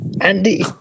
Andy